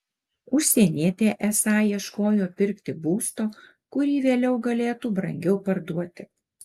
užsienietė esą ieškojo pirkti būsto kurį vėliau galėtų brangiau parduoti